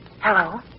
Hello